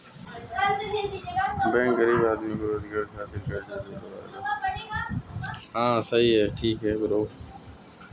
bank गरीब आदमी के रोजगार करे खातिर कर्जा देवेला